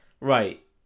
Right